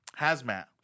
hazmat